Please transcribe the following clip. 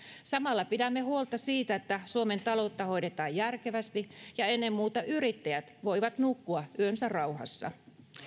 samalla pidämme huolta siitä että suomen taloutta hoidetaan järkevästi ja ennen muuta yrittäjät voivat nukkua yönsä rauhassa